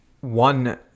one